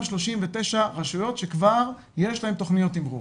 39 רשויות שכבר יש להן תכניות תמרור.